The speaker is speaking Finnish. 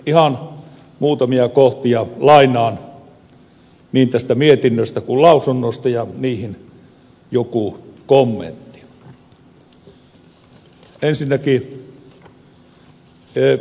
ihan muutamia kohtia lainaan niin tästä mietinnöstä kuin lausunnosta ja niihin jokunen kommentti